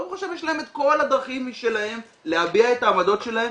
ברוך השם יש להם את כל הדרכים משלהם להביע את העמדות שלהם,